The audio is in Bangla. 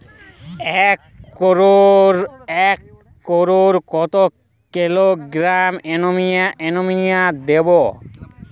একরে কত কিলোগ্রাম এমোনিয়া দেবো?